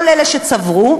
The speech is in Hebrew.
לא לאלה שצברו.